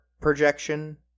projection